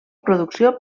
producció